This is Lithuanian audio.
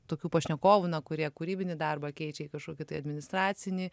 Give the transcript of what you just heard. tokių pašnekovų na kurie kūrybinį darbą keičia į kažkokį tai administracinį